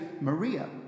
Maria